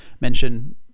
mention